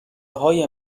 های